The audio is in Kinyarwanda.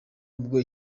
ubwo